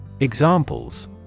Examples